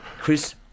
Chris